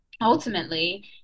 ultimately